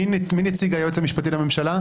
מי נציג היועץ המשפטי לממשלה?